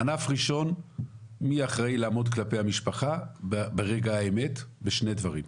ענף ראשון מי אחראי לעמוד כלפי המשפחה ברגע האמת בשני דברים,